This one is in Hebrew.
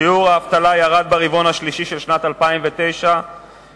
שיעור האבטלה ירד ברבעון השלישי של שנת 2009 ל-7.8%.